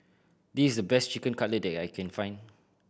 this is the best Chicken Cutlet that I can find